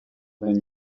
than